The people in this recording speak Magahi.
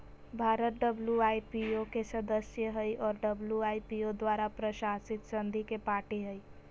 भारत डब्ल्यू.आई.पी.ओ के सदस्य हइ और डब्ल्यू.आई.पी.ओ द्वारा प्रशासित संधि के पार्टी हइ